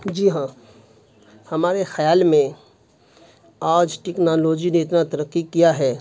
جی ہاں ہمارے خیال میں آج ٹیکنالوجی نے اتنا ترقی کیا ہے